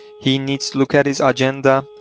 he needs to look at his agenda,